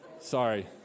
Sorry